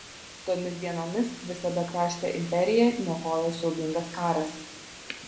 tomis dienomis visą bekraštę imperiją niokojo siaubingas karas